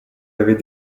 avez